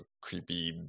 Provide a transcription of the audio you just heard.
creepy